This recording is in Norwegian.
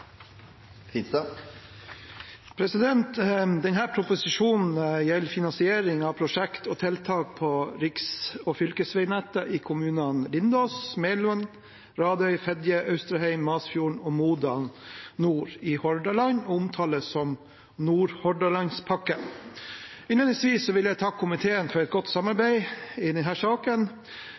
talerlisten utover den fordelte taletid, får en taletid på inntil 3 minutter. – Det anses vedtatt. Denne proposisjonen gjelder finansiering av prosjekter og tiltak på riks- og fylkesveinettet i kommunene Lindås, Meland, Radøy, Fedje, Austrheim, Masfjorden og Modalen nord i Hordaland og omtales som Nordhordlandspakken. Innledningsvis vil jeg takke komiteen for et godt samarbeid i